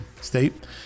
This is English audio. state